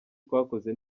twakoze